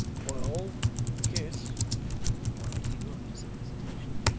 well a kiss replied hugh, after some hesitation.